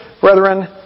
Brethren